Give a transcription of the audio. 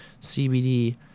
CBD